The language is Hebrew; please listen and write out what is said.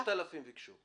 6,000 ביקשו.